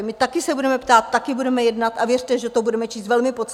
My taky se budeme ptát, taky budeme jednat a věřte, že to budeme číst velmi poctivě.